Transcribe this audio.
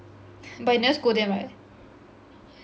but you never scold them right